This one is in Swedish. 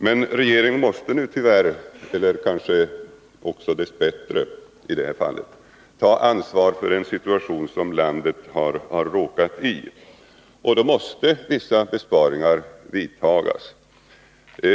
Men regeringen måste tyvärr — kanske också dess bättre i detta fall — ta ansvar för den situation som landet har råkat i, och då måste vissa besparingar vidtagas.